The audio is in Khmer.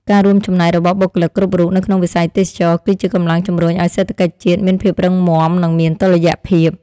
ការរួមចំណែករបស់បុគ្គលិកគ្រប់រូបនៅក្នុងវិស័យទេសចរណ៍ គឺជាកម្លាំងជំរុញឱ្យសេដ្ឋកិច្ចជាតិមានភាពរឹងមាំនិងមានតុល្យភាព។